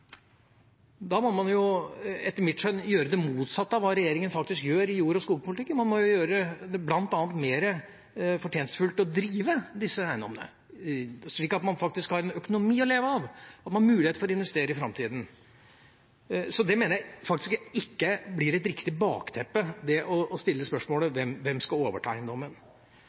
må man etter mitt skjønn gjøre det motsatte av hva regjeringen faktisk gjør i jord- og skogpolitikken, man må bl.a. gjøre det mer fortjenestefullt å drive disse eiendommene, slik at man har en økonomi å leve av og en mulighet for å investere i framtiden. Så jeg mener det ikke blir et riktig bakteppe å stille spørsmålet: Hvem skal overta eiendommen?